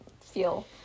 feel